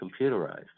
computerized